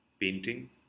painting